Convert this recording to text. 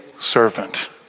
servant